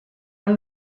amb